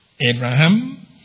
Abraham